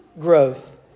growth